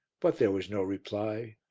but there was no reply.